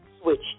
Switch